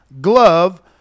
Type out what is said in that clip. glove